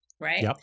right